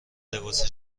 لباس